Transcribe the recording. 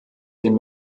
den